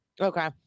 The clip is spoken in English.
Okay